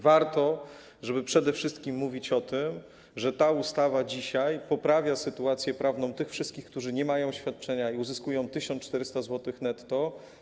Warto przede wszystkim mówić o tym, że ta ustawa dzisiaj poprawia sytuację prawną tych wszystkich, którzy nie mają świadczenia, a uzyskują 1400 zł netto.